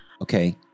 Okay